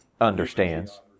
understands